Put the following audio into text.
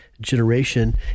generation